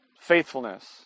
faithfulness